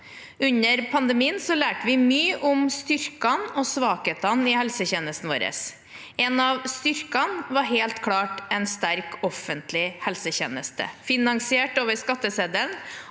Under pandemien lærte vi mye om styrkene og svakhetene i helsetjenesten vår. En av styrkene var helt klart en sterk offentlig helsetjeneste, finansiert over skatteseddelen